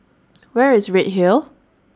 Where IS Redhill